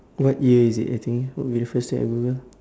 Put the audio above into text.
what year is it I think would be the first thing I google